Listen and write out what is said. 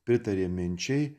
pritarė minčiai